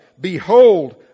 behold